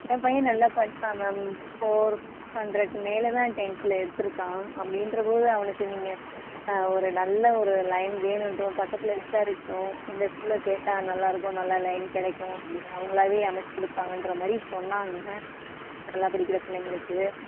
என் பையன் நல்லா படிப்பான் மேம் ஃபோர் ஹண்ரடுக்கு மேலே தான் டென்த்தில் எடுத்துருக்கான் அப்படின்ற போது அவனுக்கு நீங்கள் ஒரு நல்ல ஒரு லைன் வேணுன்றோம் பக்கத்தில் விசாரிச்சோம் இந்த ஸ்கூலில் சேர்த்தா நல்லாயிருக்கும் நல்லா லைன் கிடைக்கும் அப்படின்னு அவங்களாவே அமைத்து கொடுப்பாங்கன்ற மாதிரி சொன்னாங்கள் நல்லா படிக்கிற பிள்ளைங்களுக்கு